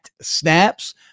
Snaps